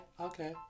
Okay